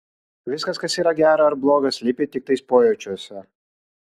viskas kas yra gera ar bloga slypi tiktai pojūčiuose